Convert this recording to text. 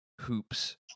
hoops